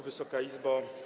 Wysoka Izbo!